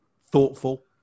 thoughtful